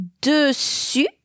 dessus